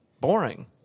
boring